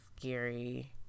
scary